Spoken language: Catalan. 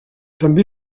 també